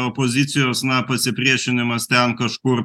opozicijos na pasipriešinimas ten kažkur